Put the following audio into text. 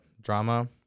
drama